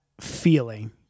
feeling